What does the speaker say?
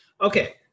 Okay